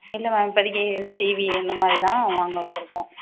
இல்லை மேம் இப்போதிக்கி டிவி இந்தமாதிரி தான் வாங்க வந்திருக்கோம்